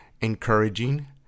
encouraging